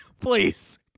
please